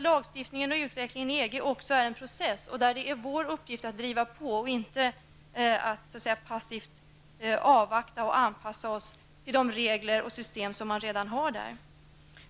Lagstiftningen och utvecklingen i EG är en process där vår uppgift är att driva på och inte passivt avvakta och anpassa oss till de regler och system som redan finns där.